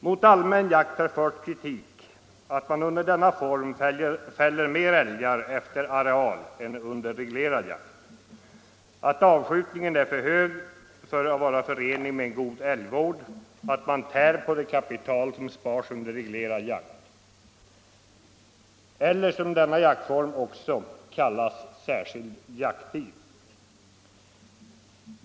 Mot allmän jakt har den kritiken framförts att man under denna form fäller fler älgar efter areal än under reglerad jakt, att avskjutningen är för hög för att vara förenlig med en god älgvård, att man tär på det kapital som spars under reglerad jakt eller, som denna jaktform också kallas, särskild jakttid.